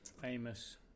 famous